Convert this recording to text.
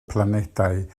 planedau